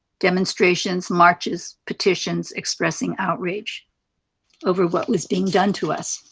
demonstrations, marches, petitions expressing outrage over what was being done to us.